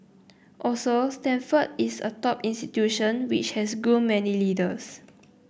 also Stanford is a top institution which has groomed many leaders